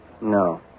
No